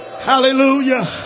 Hallelujah